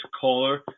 caller